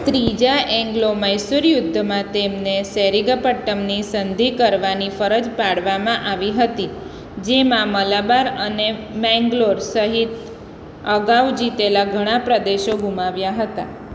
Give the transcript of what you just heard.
ત્રીજા એંગ્લો મૈસુર યુદ્ધમાં તેમને સેરિગપટ્ટમની સંધિ કરવાની ફરજ પાડવામાં આવી હતી જેમાં મલાબાર અને મેંગ્લોર સહિત અગાઉ જીતેલા ઘણા પ્રદેશો ગુમાવ્યા હતા